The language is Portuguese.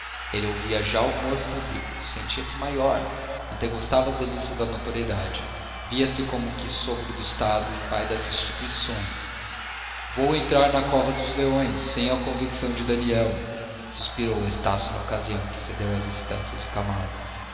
ele ouvia já o rumor público sentia-se maior antegostava as delícias da notoriedade via-se como que sogro do estado e pai das instituições vou entrar na cova dos leões sem a convicção de aniel suspirou estácio na ocasião em que cedeu às instâncias de camargo